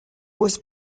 was